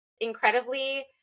incredibly